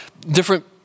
different